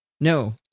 No